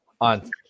on